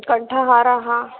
कण्ठाहाराः